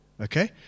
Okay